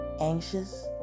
Anxious